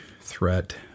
threat